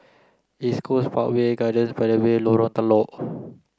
East Coast Parkway Gardens by the Bay Lorong Telok